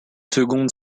seconde